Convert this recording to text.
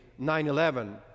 9-11